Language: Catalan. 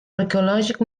arqueològic